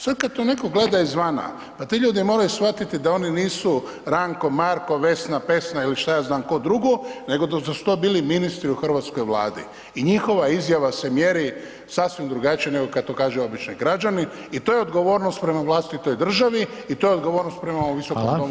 Sad kad to netko gleda izvana, pa ti ljudi moraju shvatiti da oni nisu Ranko, Marko, Vesna, Pesna ili šta ja znam tko drugo nego da su to bili ministri u hrvatskoj Vladi i njihova izjava se mjeri sasvim drugačije nego kada to kaže običan građanin i to je odgovornost prema vlastitoj državi i to je odgovornost prema ovom Visokom domu gdje sjedimo.